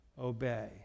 obey